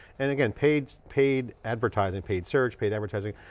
and again, paid paid advertising, paid search, paid advertising,